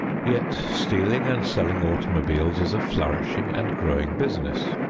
yet stealing and selling automobiles is a flourishing and growing business.